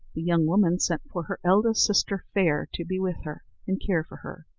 the young woman sent for her eldest sister, fair, to be with her and care for her.